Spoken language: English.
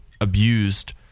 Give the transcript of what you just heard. abused